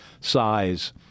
size